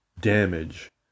damage